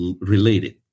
related